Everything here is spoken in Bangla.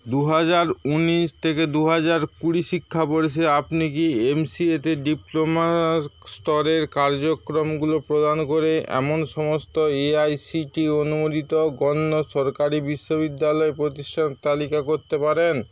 দুহাজার উনিশ থেকে দুহাজার কুড়ি শিক্ষাবর্ষে আপনি কি এমসিএতে ডিপ্লোমা স্তরের কার্যক্রমগুলো প্রদান করে এমন সমস্ত এআইসিটিই অনুমোদিত গণ্য সরকারি বিশ্ববিদ্যালয় প্রতিষ্ঠান তালিকা করতে পারেন